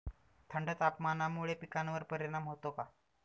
थंड तापमानामुळे पिकांवर परिणाम होतो का?